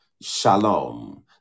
Shalom